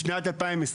בשנת 2020,